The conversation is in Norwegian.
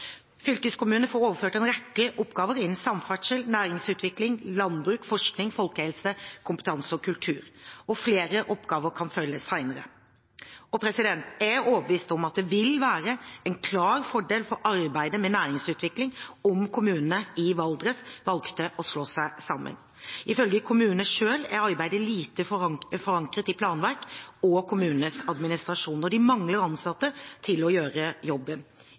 Fylkeskommunene får overført en rekke oppgaver innen samferdsel, næringsutvikling, landbruk, forskning, folkehelse, kompetanse og kultur. Flere oppgaver kan følge senere. Jeg er overbevist om at det vil være en klar fordel for arbeidet med næringsutvikling om kommunene i Valdres velger å slå seg sammen. Ifølge kommunene selv er arbeidet lite forankret i planverk og kommunenes administrasjon, og de mangler ansatte til å gjøre jobben.